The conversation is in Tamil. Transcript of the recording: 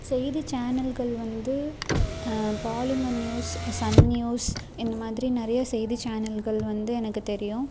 செய்தி சேனல்கள் வந்து பாலிமர் நியூஸ் சன் நியூஸ் இந்த மாதிரி நிறைய செய்தி சேனல்கள் வந்து எனக்கு தெரியும்